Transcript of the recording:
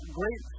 great